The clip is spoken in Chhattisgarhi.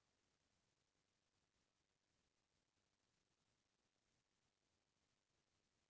परदा खड़ा कर दिये ले परवार के नता रिस्ता टूटे लगथे